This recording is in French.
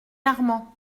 armand